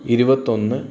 ഇരുപത്തി ഒന്ന്